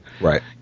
Right